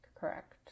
Correct